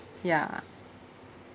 ya